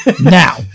Now